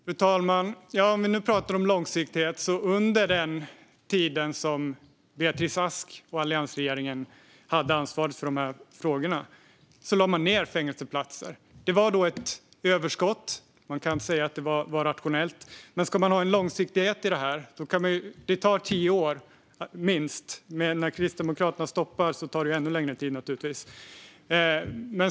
Fru talman! Om vi nu pratar om långsiktighet: Under den tid då Beatrice Ask och alliansregeringen hade ansvaret för dessa frågor lade man ned fängelseplatser. Det fanns då ett överskott, så man kan säga att det var rationellt. Men ska man ha långsiktighet i detta tar det tio år, minst, och när Kristdemokraterna stoppar det tar det naturligtvis ännu längre tid.